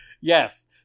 Yes